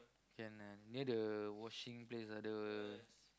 can ah near the washing place ah the